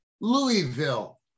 Louisville